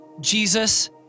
Jesus